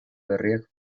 berriak